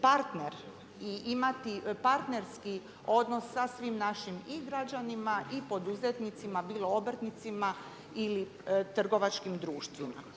partner i imati partnerski odnos sa svim našim i građanima i poduzetnicima bilo obrtnicima ili trgovačkim društvima.